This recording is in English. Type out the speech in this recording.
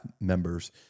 members